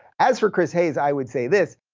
as for chris hayes, i would say this.